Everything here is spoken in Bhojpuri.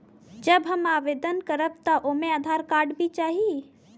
जब हम आवेदन करब त ओमे आधार कार्ड भी चाही?